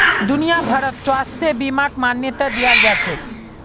दुनिया भरत स्वास्थ्य बीमाक मान्यता दियाल जाछेक